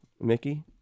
mickey